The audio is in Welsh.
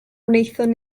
wnaethon